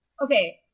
Okay